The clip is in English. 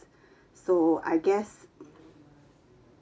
so I guess